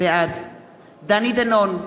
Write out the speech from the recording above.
בעד דני דנון,